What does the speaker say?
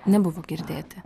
nebuvo girdėti